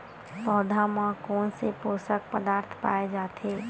पौधा मा कोन से पोषक पदार्थ पाए जाथे?